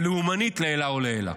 אבל לאומנית לעילא ולעילא.